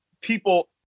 people